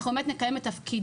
אנחנו באמת נקיים את תפקידנו.